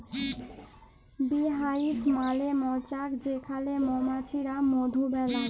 bee hive মালে মচাক যেখালে মমাছিরা মধু বেলায়